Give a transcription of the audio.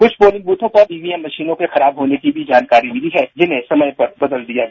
कुछ पोलिंग बुथों पर ईवीएम मशीनों के खराब होने की भी जानकारी मिली है जिन्हें समय पर बदल दिया गया